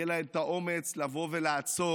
יהיה להם את האומץ לבוא ולעצור,